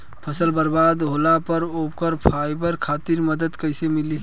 फसल बर्बाद होला पर ओकर भरपाई खातिर मदद कइसे मिली?